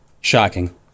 Shocking